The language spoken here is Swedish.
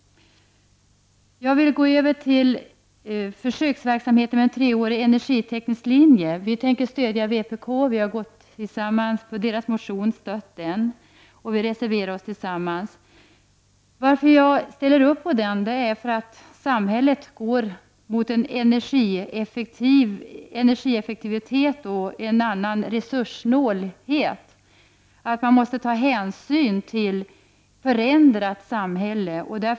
När det gäller försöksverksamhet med treårig energiteknisk linje kommer vi i miljöpartiet att stödja förslaget i vpk:s motion, och vi har tillsammans avgivit en reservation. Jag ställer upp på den reservationen, eftersom utvecklingen i samhället kräver energieffektivitet och en annan resurssnålhet. Man måste ta hänsyn till att samhället förändras.